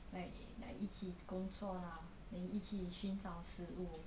like like 一起工作 lah then 一起寻找食物